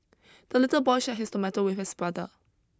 the little boy shared his tomato with his brother